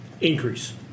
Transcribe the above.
Increase